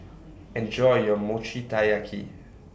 Enjoy your Mochi Taiyaki